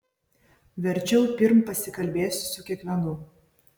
verčiau pirm pasikalbėsiu su kiekvienu